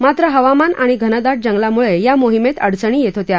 मात्र हवामान आणि घनदाट जंगलामुळग्रा मोहीमत्त अडचणी यत्तिहोत्या